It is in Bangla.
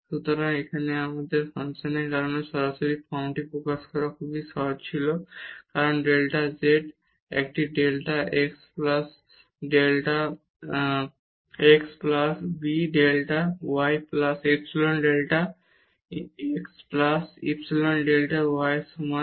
সুতরাং এখানে এই ফাংশনের কারণে সরাসরি এই ফর্মটি প্রকাশ করা খুব সহজ ছিল কারণ ডেল্টা z একটি delta x plus b delta y plus epsilon delta x plus epsilon delta y এর সমান